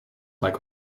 like